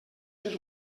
cents